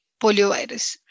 poliovirus